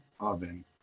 oven